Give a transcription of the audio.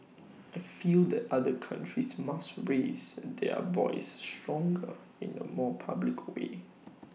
I feel that other countries must raise their voice stronger in A more public way